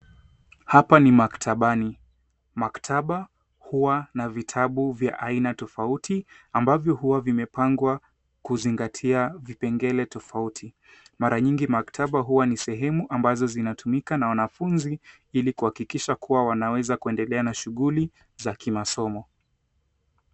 Hapa ni maktabani. Maktaba huwa na vitabu vya aina tofauti, ambavyo huwa vimepangwa kuzingatia vipengele tofauti. Mara nyingi maktaba huwa ni sehemu zinatumika na wanafunzi ili kuhakikisha kua wanaweza kuendelea na shughuli za kimasomo.